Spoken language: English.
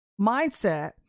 mindset